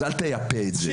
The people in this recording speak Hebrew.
אל תייפה את זה.